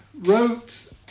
wrote